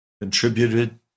contributed